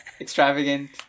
extravagant